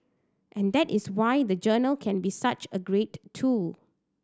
and that is why the journal can be such a great tool